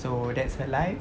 so that's her life